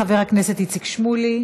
חבר הכנסת איציק שמולי.